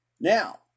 Now